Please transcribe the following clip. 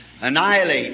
annihilate